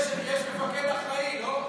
יש מפקד אחראי, לא?